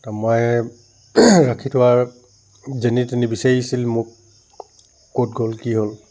ত' মই ৰাখি থোৱাৰ যেনি তেনি বিচাৰিছিল মোক ক'ত গ'ল কি হ'ল